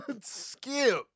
skip